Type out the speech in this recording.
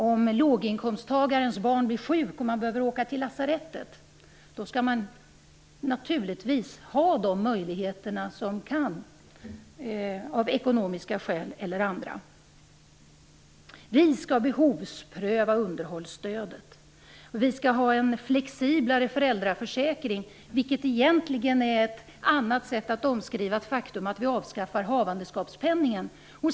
Om låginkomsttagarens barn blir sjukt och man behöver åka till lasarettet skall man naturligtvis exempelvis ekonomiskt ha den möjligheten. Vi skall behovspröva underhållsstödet. Vi skall ha en flexiblare föräldraförsäkring. Detta är egentligen ett sätt att omskriva ett avskaffande av havandeskapspenningen.